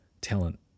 talent